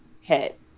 hit